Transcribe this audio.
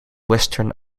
western